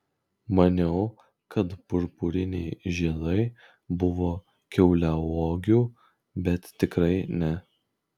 maniau kad purpuriniai žiedai buvo kiauliauogių bet tikrai ne